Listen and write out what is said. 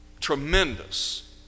tremendous